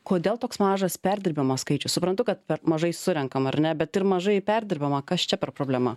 kodėl toks mažas perdirbimo skaičius suprantu kad per mažai surenkam ar ne bet ir mažai perdirbama kas čia per problema